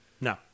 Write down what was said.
No